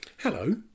Hello